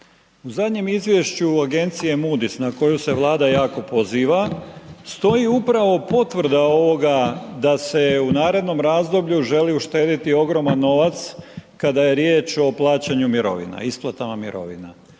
U zadnjem izvješću agencije Moody's na koju se Vlada jako poziva, stoji upravo potvrda ovoga da se u narednom razdoblju žele uštedjeti ogroman novac kada je riječ o plaćanju mirovina, isplatama mirovina.